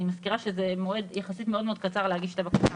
מזכירה שזה מועד יחסית מאוד מאוד קצר להגיש את הבקשה.